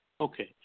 Okay